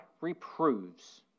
reproves